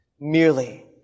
Merely